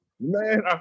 man